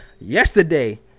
Yesterday